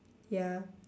ya